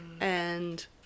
and-